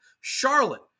Charlotte